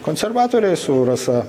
konservatoriai su rasa